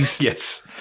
Yes